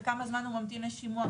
וכמה זמן הוא ממתין לשימוע.